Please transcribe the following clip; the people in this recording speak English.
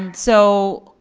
so